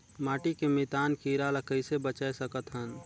माटी के मितान कीरा ल कइसे बचाय सकत हन?